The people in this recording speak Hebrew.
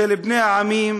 של בני העמים,